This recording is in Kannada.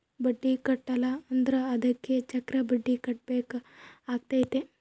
ಬಡ್ಡಿ ಕಟ್ಟಿಲ ಅಂದ್ರೆ ಅದಕ್ಕೆ ಚಕ್ರಬಡ್ಡಿ ಕಟ್ಟಬೇಕಾತತೆ